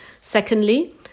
Secondly